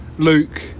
Luke